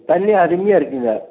தண்ணி அருமையாக இருக்குதுங்க